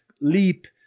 leap